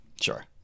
Sure